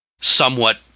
somewhat